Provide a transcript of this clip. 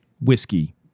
whiskey